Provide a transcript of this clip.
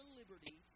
liberty